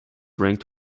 ranked